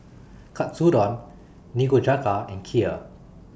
Katsudon Nikujaga and Kheer